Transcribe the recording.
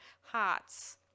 hearts